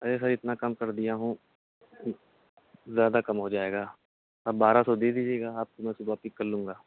ارے sir اتنا کم کر دیا ہوں زیادہ کم ہو جائے گا اب بارہ سو دے دیجیے گا آپ میں صبح پک کر لوں گا